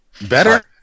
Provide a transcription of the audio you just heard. Better